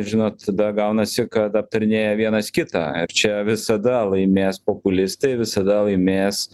žino tada gaunasi kad aptarinėja vienas kitą ar čia visada laimės populistai visada laimės